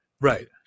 right